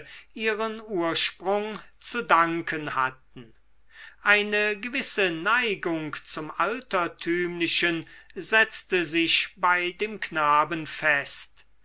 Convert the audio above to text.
ihren ursprung zu danken hatten eine gewisse neigung zum altertümlichen setzte sich bei dem knaben fest